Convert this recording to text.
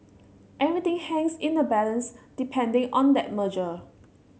everything hangs in the balance depending on that merger